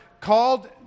called